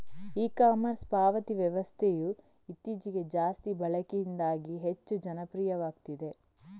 E commerce ಪಾವತಿ ವ್ಯವಸ್ಥೆಯು ಇತ್ತೀಚೆಗೆ ಜಾಸ್ತಿ ಬಳಕೆಯಿಂದಾಗಿ ಹೆಚ್ಚು ಜನಪ್ರಿಯವಾಗ್ತಿದೆ